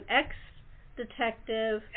ex-detective